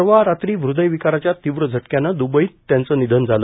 परवा रात्री हृदयविकाराच्या तीव्र झटक्यानं दुबईत त्यांचं निघन झालं